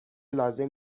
لازم